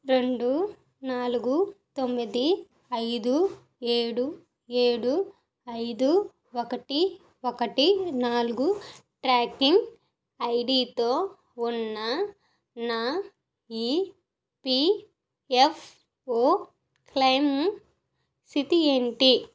రెండు నాలుగు తొమ్మిది ఐదు ఏడు ఏడు ఐదు ఒకటి ఒకటి నాలుగు ట్రాకింగ్ ఐడితో ఉన్న నా ఇపిఎఫ్ఓ క్లెయిము స్థితి ఏంటి